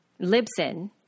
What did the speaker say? Libsyn